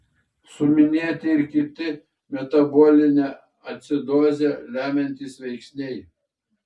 suminėti ir kiti metabolinę acidozę lemiantys veiksniai